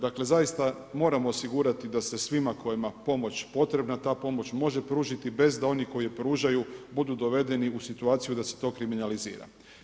Dakle zaista, moramo osigurati da se svima kojima pomoć potrebna, ta pomoć može pružiti bez da oni koji je pružaju budu dovedeni u situaciju da se to kriminalizira.